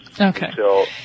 Okay